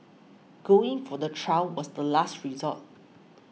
going for the trial was the last resort